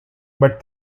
but